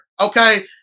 Okay